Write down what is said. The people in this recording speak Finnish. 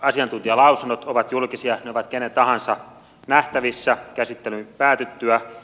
asiantuntijalausunnot ovat julkisia ne ovat kenen tahansa nähtävissä käsittelyn päätyttyä